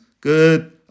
good